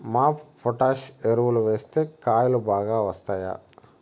MOP potash ఎరువులు వేస్తే కాయలు బాగా వస్తాయా?